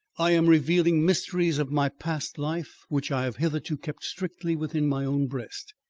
i am revealing mysteries of my past life which i have hitherto kept strictly within my own breast.